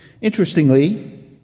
Interestingly